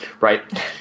right